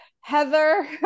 Heather